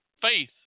faith